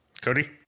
Cody